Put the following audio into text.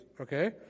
okay